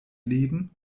leben